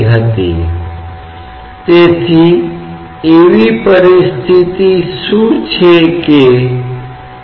हम द्रव तत्व के एक उदाहरण से शुरू करते हैं जो स्थिर साम्यवस्था में है